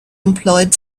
employed